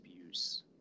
abuse